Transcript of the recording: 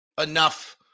enough